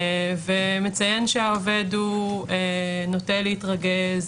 ומציין שהעובד נוטה להתרגז,